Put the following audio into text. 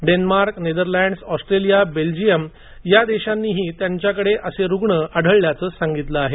Denmark Netherlands Australia Belgium या देशांनीही त्यांच्याकडे असे रुग्ण आढळल्याचं सांगितलं आहे